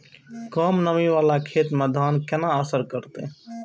कम नमी वाला खेत में धान केना असर करते?